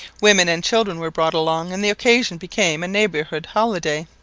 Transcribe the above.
women and children were brought along, and the occasion became a neighbourhood holiday.